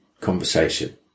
conversation